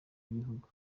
y’ibihugu